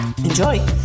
Enjoy